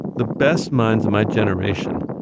the best minds of my generation,